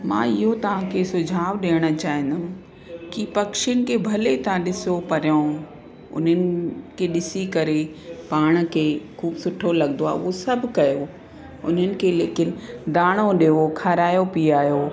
मां इहो तव्हांखे सुझाव ॾियण चाहींदमि की भले तव्हां पखियुनि खे ॾिसो पहिरियों उन्हनि खे ॾिसी करे पाण खे खूब सुठो लॻंदो आहे हू सङु कयो उन्हनि खे लेकिन दाणो ॾियो खारायो पीआरियो